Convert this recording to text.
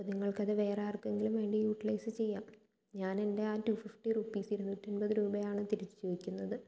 നിങ്ങൾക്കത് വേറെ ആർക്കെങ്കിലും വേണ്ടി യൂട്ടിലൈസ് ചെയ്യാം ഞാനെൻ്റെ ആ ടു ഫിഫ്റ്റി റുപ്പീസ് ഇരുന്നൂറ്റിയമ്പത് രൂപയാണ് തിരിച്ചു ചോദിക്കുന്നത്